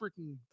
freaking